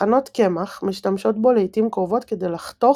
טחנות קמח משתמשות בו לעיתים קרובות כדי 'לחתוך'